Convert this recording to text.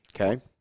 Okay